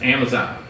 Amazon